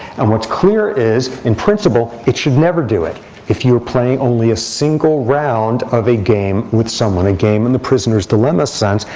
and what's clear is, in principle, it should never do it if you are playing only a single round of a game with someone, a game in the prisoner's dilemma sense,